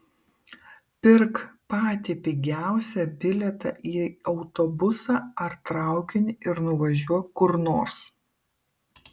pirk patį pigiausią bilietą į autobusą ar traukinį ir nuvažiuok kur nors